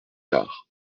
tard